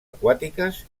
aquàtiques